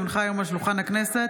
כי הונחה היום על שולחן הכנסת,